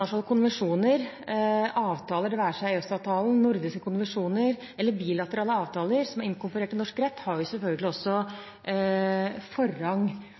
internasjonale konvensjoner og avtaler, det være seg EØS-avtalen, nordiske konvensjoner eller bilaterale avtaler som er inkorporert i norsk rett, har selvfølgelig også forrang.